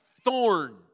thorn